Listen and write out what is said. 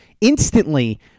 instantly